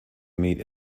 meet